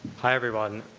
hi everyone,